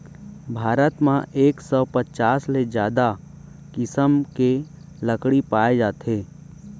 भारत म एक सौ पचास ले जादा किसम के लकड़ी पाए जाथे